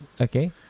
Okay